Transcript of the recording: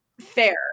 Fair